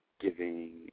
giving